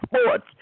sports